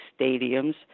stadiums